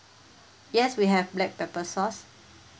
yes we have black pepper sauce